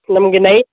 ನಮಗೆ ನೈ